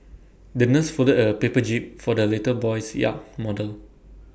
the nurse folded A paper jib for the little boy's yacht model